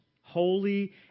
holy